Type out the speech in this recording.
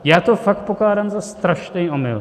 Já to fakt pokládám za strašný omyl.